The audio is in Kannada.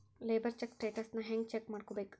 ಲೆಬರ್ ಚೆಕ್ ಸ್ಟೆಟಸನ್ನ ಹೆಂಗ್ ಚೆಕ್ ಮಾಡ್ಕೊಬೇಕ್?